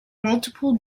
multiple